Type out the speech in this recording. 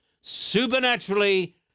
supernaturally